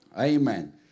Amen